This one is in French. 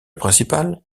principale